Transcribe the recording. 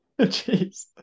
Jeez